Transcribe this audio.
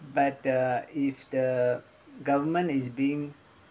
but the if the government is being